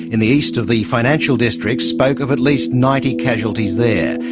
in the east of the financial district, spoke of at least ninety casualties there.